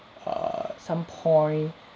err some point